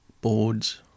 boards